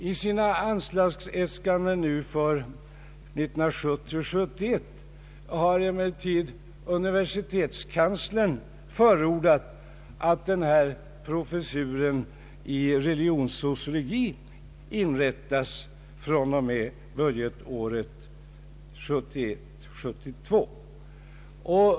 I sina anslagsäskanden för 1970 72.